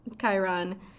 chiron